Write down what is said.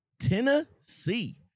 Tennessee